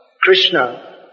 Krishna